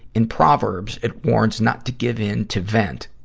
in proverbs, it warns not to give in to vent,